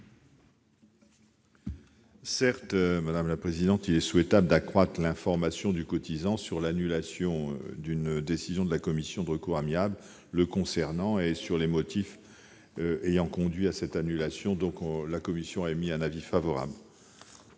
commission ? Il est effectivement souhaitable d'accroître l'information du cotisant sur l'annulation d'une décision de la commission de recours amiable le concernant et sur les motifs ayant conduit à cette annulation. La commission émet donc un avis favorable